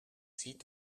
zieht